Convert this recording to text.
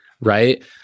right